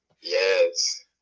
Yes